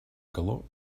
calor